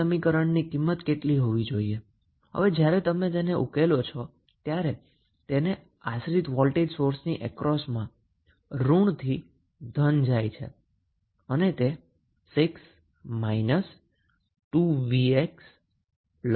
તો આ લુપ 1 છે હવે જ્યારે તમે ઉકેલો છો ત્યારે તે ડિપેન્ડન્ટ વોલ્ટેજ સોર્સની અક્રોસમાં માઇનસ થી ધન તરફ જતુ હોવાથી તે 6 −2𝑣x 20⇒𝑣x i1 i2 બનશે